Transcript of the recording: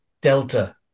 Delta